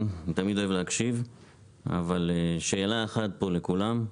אני תמיד אוהב להקשיב אבל יש לי שאלה אחת פה לכולם.